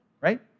right